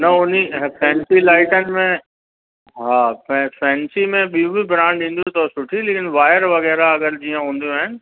न उन फैंसी लाइटनि में हा फै फैंसी में ॿियूं बि ब्रांड ईंदियूं अथव सुठी लेकिन वायर वग़ैरह अगर जीअं हूंदियूं आहिनि